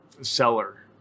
seller